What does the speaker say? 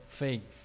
faith